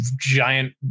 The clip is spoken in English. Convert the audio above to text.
giant